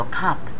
cup